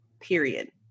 period